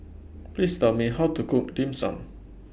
Please Tell Me How to Cook Dim Sum